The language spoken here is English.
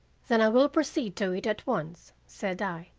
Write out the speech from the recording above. then i will proceed to it at once said i,